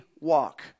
walk